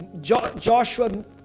Joshua